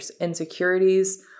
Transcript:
insecurities